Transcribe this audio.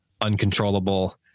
uncontrollable